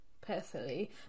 personally